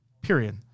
period